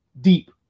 deep